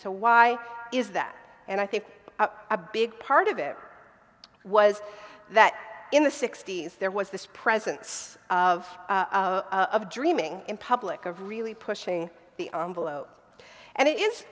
so why is that and i think a big part of it was that in the sixty's there was this presence of of dreaming in public of really pushing the envelope and it is